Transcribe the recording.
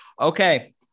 okay